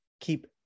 keep